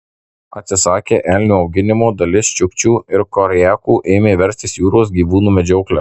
atsisakę elnių auginimo dalis čiukčių ir koriakų ėmė verstis jūros gyvūnų medžiokle